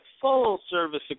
full-service